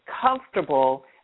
comfortable